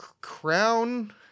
crown